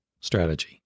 strategy